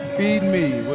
feed me.